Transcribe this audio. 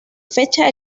fecha